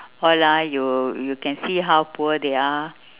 all ah you you can see how poor they are